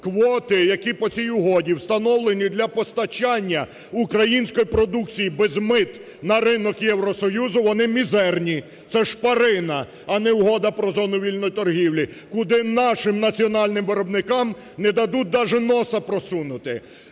Квоти, які по цій угоді встановлені для постачання української продукції без мит на ринок Євросоюзу, вони мізерні. Це шпарина, а не Угода про зону вільної торгівлі, куди нашим національним виробникам не дадуть даже носа просунути.